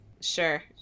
Sure